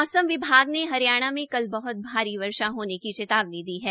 मौसम विभाग ने हरियाणा में कलन बहत भारी वर्षा होने की चेतावनी दी है